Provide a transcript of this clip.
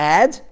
add